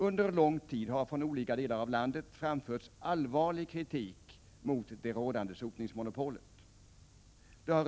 Under lång tid har från olika delar av landet framförts allvarlig kritik mot det rådande sotningsmonopolet. Det hart.ex.